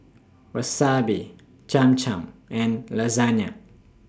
Wasabi Cham Cham and Lasagna